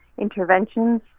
interventions